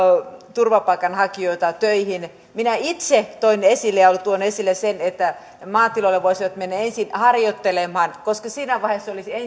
turvapaikanhakijoita töihin minä itse toin esille ja tuon esille sen että maatiloille voisivat mennä ensin harjoittelemaan koska siinä vaiheessa olisi